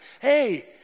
hey